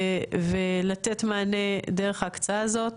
ולתת מענה דרך ההקצאה הזאת.